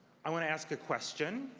i want to ask a question.